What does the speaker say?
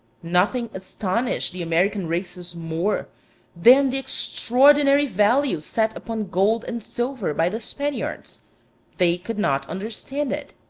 nothing astonished the american races more than the extraordinary value set upon gold and silver by the spaniards they could not understand it.